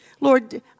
Lord